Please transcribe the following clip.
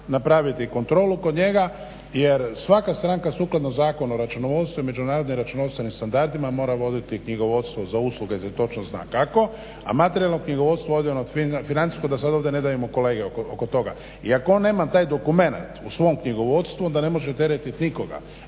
napraviti kontrolu kod njega jer svaka stranka sukladno zakonu o računovodstvu i međunarodnim računovodstvenim standardima mora voditi knjigovodstvo za usluge za točno zna kako, a materijalno knjigovodstvo … financijsko da sada ovdje ne davimo kolege oko toga. I ako on nema taj dokument u svom knjigovodstvu onda ne može teretiti nikoga.